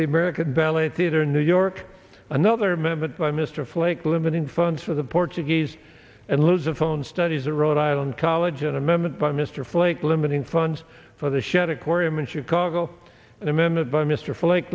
the american ballet theatre in new york another member by mr flake limiting funds for the portuguese and lose a phone studies at rhode island college an amendment by mr flake limiting funds for the shedd aquarium in chicago an amendment by mr flake